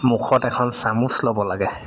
মুখত এখন চামুচ ল'ব লাগে